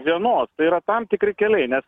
vienos tai yra tam tikri keliai nes